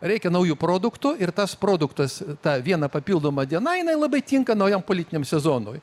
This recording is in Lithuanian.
reikia naujų produktų ir tas produktas ta viena papildoma diena jinai labai tinka naujam politiniam sezonui